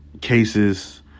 cases